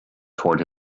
toward